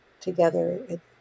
together